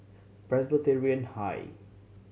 Presbyterian High